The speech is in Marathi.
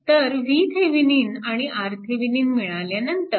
तर VThevenin आणि RThevenin मिळाल्यानंतर